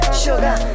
sugar